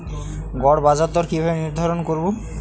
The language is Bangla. গড় বাজার দর কিভাবে নির্ধারণ করব?